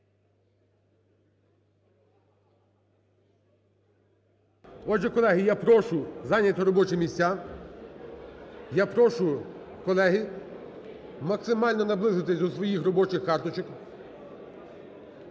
Отже, колеги, я прошу зайняти робочі місця. Я прошу, колеги, максимально наблизитись до своїх робочих карточок.